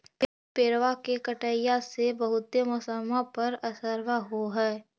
पेड़बा के कटईया से से बहुते मौसमा पर असरबा हो है?